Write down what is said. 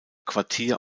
quartier